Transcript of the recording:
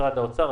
משרד האוצר,